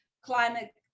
climate